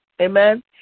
Amen